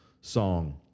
song